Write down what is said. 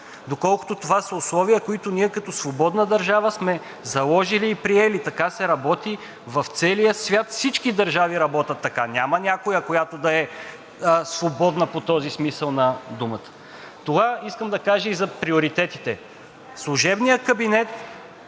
доколкото това са условия, които ние като свободна държава сме заложили и приели. Така се работи в целия свят. Всички държави работят така. Няма някоя, която да е свободна по този смисъл на думата. Това искам да кажа и за приоритетите. Служебният кабинет